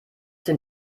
den